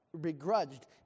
begrudged